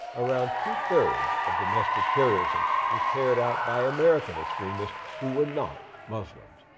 around two-thirds of domestic terrorism was carried out by american extremists who were not muslims.